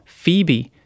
Phoebe 、